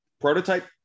prototype